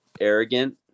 arrogant